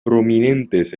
prominentes